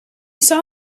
saw